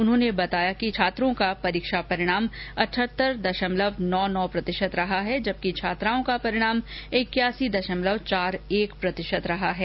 उन्होंने बताया कि छात्रों का परीक्षा परिणाम अठत्तर दशमलव नौ नौ प्रतिशत रहा है जबकि छात्राओं का परिणाम इक्यासी दशमलव चार एक प्रतिशत रहा है